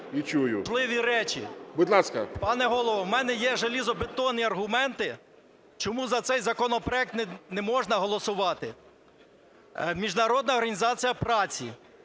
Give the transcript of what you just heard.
ВОЛИНЕЦЬ М.Я. Пане Голово, в мене є залізобетонні аргументи, чому за цей законопроект не можна голосувати. Міжнародна організація праці,